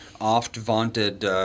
oft-vaunted